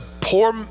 poor